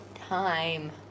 time